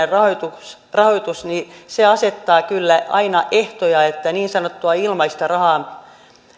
rahoitus rahoitus asettaa kyllä aina ehtoja niin että niin sanottua ilmaista rahaa